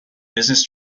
business